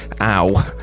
Ow